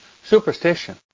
superstition